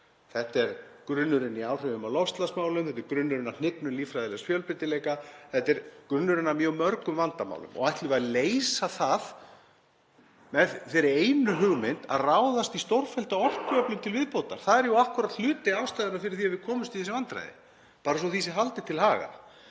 Þetta er grunnurinn að áhrifum á loftslagsmálin, þetta er grunnurinn að hnignun líffræðilegs fjölbreytileika, þetta er grunnurinn að mjög mörgum vandamálum. Og ætlum við að leysa það með þeirri einu hugmynd að ráðast í stórfellda orkuöflun til viðbótar? Það er jú akkúrat hluti ástæðunnar fyrir því að við komumst í þessi vandræði, bara svo að því sé haldið til haga.